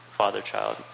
father-child